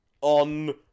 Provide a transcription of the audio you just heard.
on